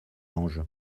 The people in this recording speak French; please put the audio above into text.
ange